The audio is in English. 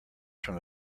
from